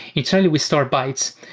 internally, we store bytes.